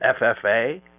FFA